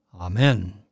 Amen